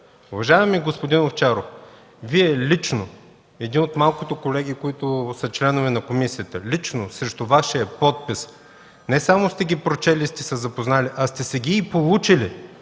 Уважаеми господин Овчаров, Вие лично, един от малкото колеги, които са членове на комисията, лично срещу Вашия подпис не само сте ги прочели и сте се запознали, а сте си ги и получили.